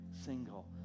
single